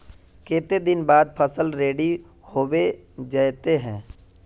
केते दिन बाद फसल रेडी होबे जयते है?